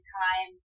time